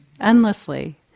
endlessly